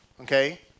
okay